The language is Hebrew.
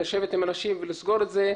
לשבת עם אנשים ולסגור את זה,